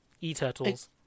E-turtles